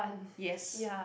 yes